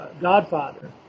godfather